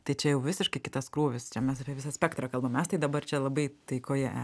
tai čia jau visiškai kitas krūvis čia mes apie visą spektrą kalbam mes tai dabar čia labai taikoje